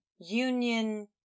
union